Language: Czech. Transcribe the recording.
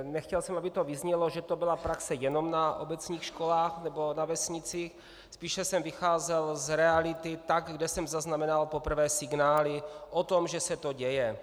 Nechtěl jsem, aby to vyznělo, že to byla praxe jenom na obecních školách nebo na vesnicích, spíše jsem vycházel z reality tam, kde jsem zaznamenal poprvé signály o tom, že se to děje.